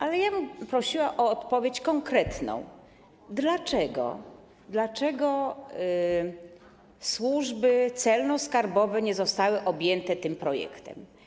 Ale ja bym prosiła o odpowiedź konkretną: Dlaczego służby celno-skarbowe nie zostały objęte tym projektem?